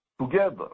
Together